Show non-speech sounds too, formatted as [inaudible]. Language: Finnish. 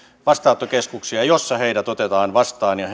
vastaanottokeskuksia joissa heidät otetaan vastaan ja [unintelligible]